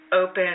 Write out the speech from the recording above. open